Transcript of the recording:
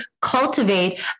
cultivate